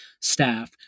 staff